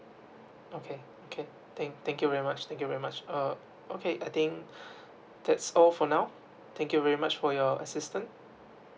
okay okay thank thank you very much thank you very much uh okay I think that's all for now thank you very much for your assistant